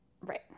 Right